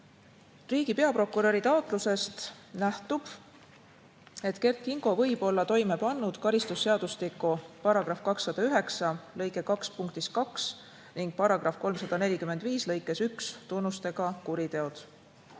Riigi peaprokuröri taotlusest nähtub, et Kert Kingo võib olla toime pannud karistusseadustiku § 209 lõike 2 punktis 2 ning § 345 lõikes 1 tunnustega kuriteod.